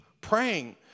praying